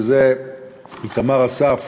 איתמר אסף,